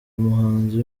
umuhanzi